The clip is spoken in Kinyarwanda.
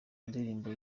ndirimbo